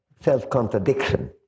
self-contradiction